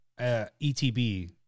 ETB